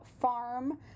farm